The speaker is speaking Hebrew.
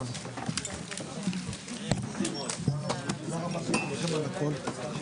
הישיבה ננעלה בשעה 16:17.